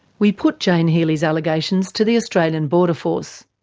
we put jane healey's allegations to the australian border force.